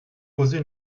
poser